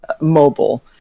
mobile